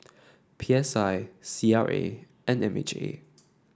P S I C R A and M H A